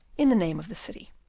in the name of the city.